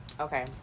okay